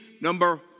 number